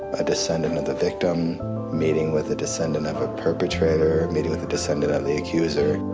a descendant of the victim meeting with a descendant of a perpetrator meeting with a descendant of the accuser.